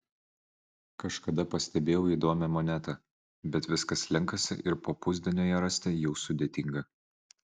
kažkada pastebėjau įdomią monetą bet viskas slenkasi ir po pusdienio ją rasti jau sudėtinga